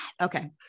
Okay